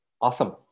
awesome